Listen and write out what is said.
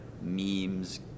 memes